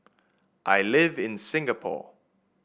I live in Singapore